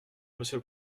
monsieur